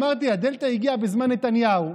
אמרתי: הדלתא הגיעה בזמן נתניהו,